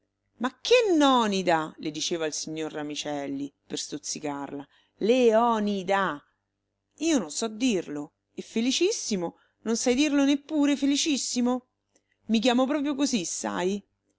ma che nònida le diceva il signor ramicelli per stuzzicarla le-o-nida io non so dirlo e felicissimo non sai dirlo neppure elicissimo i chiamo proprio così sai